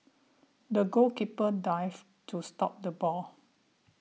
the goalkeeper dived to stop the ball